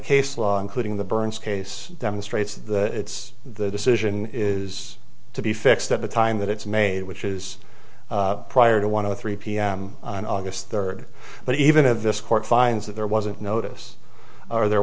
case law including the burns case demonstrates that it's the decision is to be fixed at the time that it's made which is prior to one of the three pm on august third but even at this court finds that there wasn't notice or there